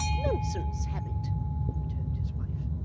nonsense! habit returned his wife.